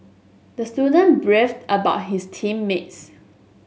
the student beefed about his team mates